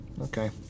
Okay